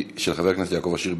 של חבר הכנסת יעקב אשר,